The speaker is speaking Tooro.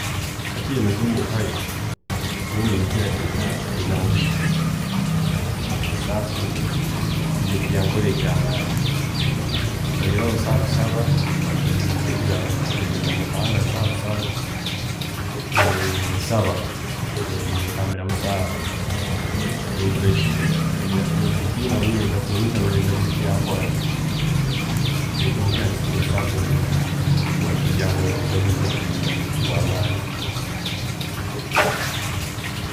﻿Hati emizimu nkayo, nyowe ninihiraa ngu teyina mubiri. Tesobola kugira ekyekola ekyamaani, oyihireho osobola kusaba, omuseija okeikiriza mu Ruhanga osobola kusaba, nsaba ninyekambira musaara beitu ekyokugitiina nguyo neyija kunyita ngu eyina eki esobola kunkora, tinkunihira ngu yo esobola kumpikyaaho obuzibu bwa’amaani.